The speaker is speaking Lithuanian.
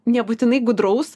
nebūtinai gudraus